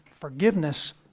forgiveness